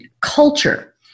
culture